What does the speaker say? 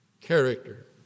character